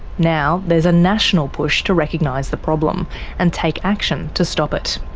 now there's a national push to recognise the problem and take action to stop it.